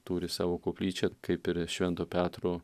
turi savo koplyčią kaip ir švento petro